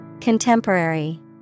Contemporary